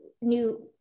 new